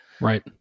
right